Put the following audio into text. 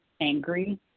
angry